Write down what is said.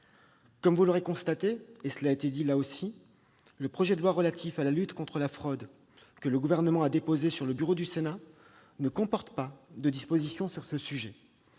comme vous l'aurez constaté, le projet de loi relatif à la lutte contre la fraude que le Gouvernement a déposé sur le bureau du Sénat ne comporte pas de disposition sur le sujet.